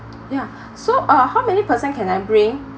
yeah so uh how many person can I bring